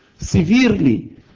severely